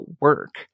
work